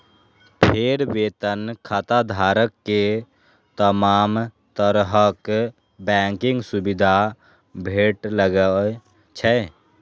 फेर वेतन खाताधारक कें तमाम तरहक बैंकिंग सुविधा भेटय लागै छै